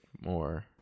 more